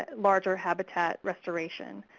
ah larger habitat restoration.